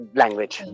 language